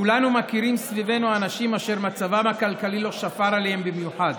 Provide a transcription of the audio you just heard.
כולנו מכירים סביבנו אנשים אשר מצבם הכלכלי לא שפר עליהם במיוחד.